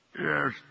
Yes